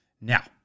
Now